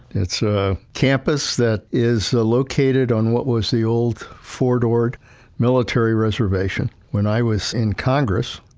it's a campus that is located on what was the old fort ord military reservation. when i was in congress,